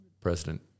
President